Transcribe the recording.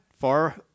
far